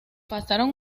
pasaron